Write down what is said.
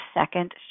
second